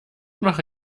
mache